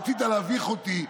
רצית להביך אותי.